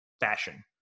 fashion